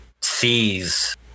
sees